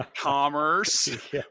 commerce